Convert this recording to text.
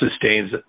sustains